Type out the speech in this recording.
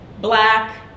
black